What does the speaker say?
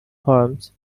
forms